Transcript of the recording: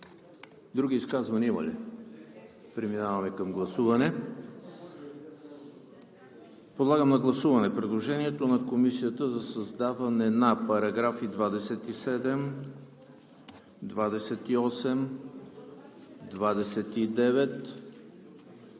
Други изказвания има ли? Преминаваме към гласуване. Подлагам на гласуване текстовете по предложение на Комисията за създаване на параграфи 27, 28, 29,